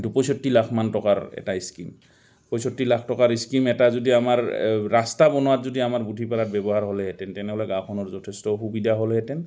এইটো পঁয়ষষ্ঠি লাখমান টকাৰ এটা ইস্কিম পঁয়ষষ্ঠি লাখ টকাৰ ইস্কিম এটা যদি আমাৰ ৰাস্তা বনোৱাত যদি আমাৰ ব্যৱহাৰ হ'লেহেঁতেন তেনেহ'লে গাঁওখনৰ যথেষ্ট সুবিধা হ'লেহেঁতেন